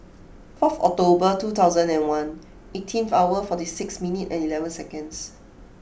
fourth October two thousand and one eighteen hour forty six minute and eleven seconds